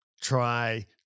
try